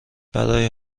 برای